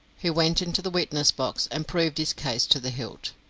who went into the witness-box and proved his case to the hilt.